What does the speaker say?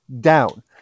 down